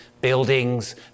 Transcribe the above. buildings